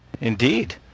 Indeed